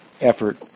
effort